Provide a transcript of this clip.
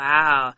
Wow